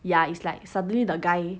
ya it's like suddenly the guy